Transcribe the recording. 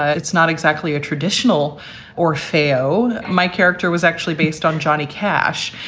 it's not exactly a traditional or fado. my character was actually based on johnny cash.